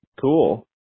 Cool